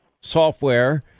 software